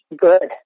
good